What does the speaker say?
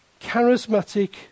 charismatic